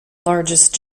largest